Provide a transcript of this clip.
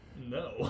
No